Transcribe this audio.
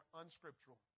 unscriptural